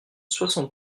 soixante